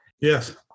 Yes